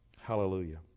Hallelujah